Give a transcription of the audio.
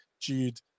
Jude